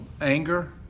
anger